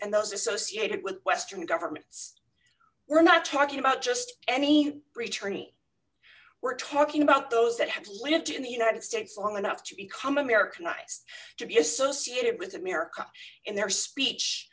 and those associated with western governments we're not talking about just any return e we're talking about those that have lived in the united states long enough to become americanize to be associated with america in their speech